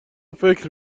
فکر